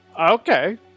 Okay